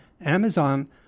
Amazon